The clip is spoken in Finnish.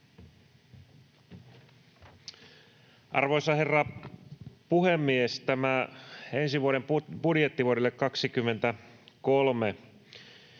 Arvoisa herra puhemies! Tämä ensi vuoden budjetti, vuodelle 23,